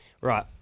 Right